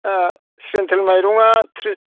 central माइरंआ थ्रिस